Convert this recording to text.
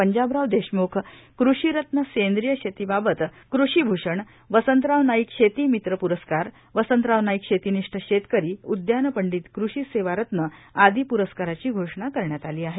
पंजाबराव देशमुख कृषीरत्न सेंद्रिय शेतीबाबब कृषीभूषण वसंतराव नाईक शेतीमित्र प्रस्कार वसंतराव नाईक शेतीनिष्ठ शेतकरी उद्यानपंडीत कृषीसेवारत्न आदि प्रस्काराची घोषणा करण्यात आली आहे